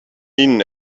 minen